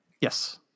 Yes